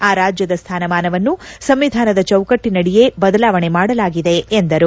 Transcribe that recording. ಆ ರಾಜ್ಯದ ಸ್ತಾನಮಾನವನ್ನು ಸಂವಿಧಾನದ ಚೌಕಟ್ಟಿನಡಿಯೇ ಬದಲಾವಣೆ ಮಾಡಲಾಗಿದೆ ಎಂದರು